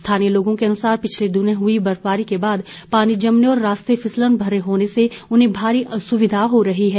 स्थानीय लोगों के अनुसार पिछले दिनों हुई बर्फबारी के बाद पानी जमने और रास्ते फिसलन भरे होने से उन्हें भारी असुविधा हो रही है